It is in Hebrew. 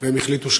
את